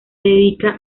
dedica